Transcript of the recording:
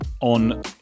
on